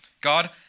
God